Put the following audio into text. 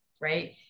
right